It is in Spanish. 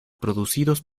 producidos